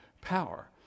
power